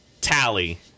tally